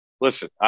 listen